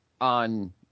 on